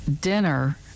dinner